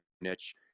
niche